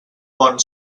pont